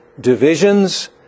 divisions